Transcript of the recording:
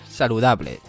saludable